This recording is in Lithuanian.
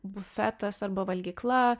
bufetas arba valgykla